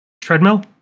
treadmill